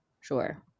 Sure